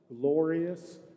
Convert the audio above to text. glorious